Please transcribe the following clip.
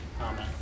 Amen